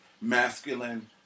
masculine